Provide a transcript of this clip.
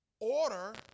order